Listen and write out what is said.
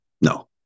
no